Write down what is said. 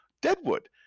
Deadwood